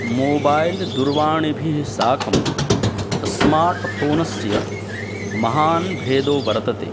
mobile दूरवाणीभिः साकम् smart फ़ोनस्य महान् भेदो वर्तते